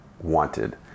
wanted